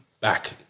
back